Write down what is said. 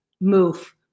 move